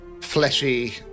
fleshy